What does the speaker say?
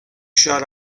shut